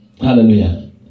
Hallelujah